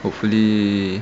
hopefully